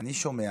ואני שומע,